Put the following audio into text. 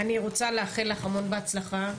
אני רוצה לאחל לך המון בהצלחה.